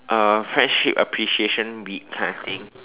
uh friendship appreciation week kind of thing